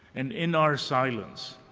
and in our silence,